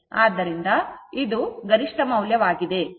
ಆದ್ದರಿಂದ ಈಗ ಇದು ಗರಿಷ್ಠ ಮೌಲ್ಯವಾಗಿದೆ